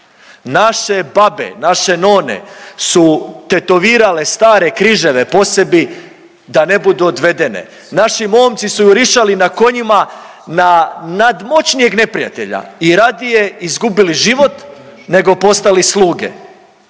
Naše babe, naše none su tetovirale stare križeve po sebi da ne budu odvedene. Naši momci su jurišali na konjima, na nadmoćnijeg neprijatelja i radije izgubili život nego postali sluge.